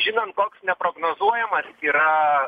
žinan koks neprognozuojamas yra